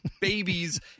babies